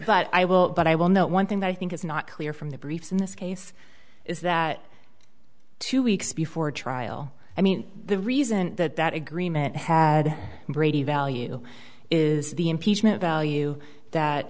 but but i will know one thing that i think is not clear from the briefs in this case is that two weeks before trial i mean the reason that that agreement had brady value is the impeachment value that